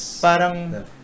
parang